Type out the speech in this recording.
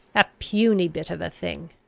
a puny bit of a thing!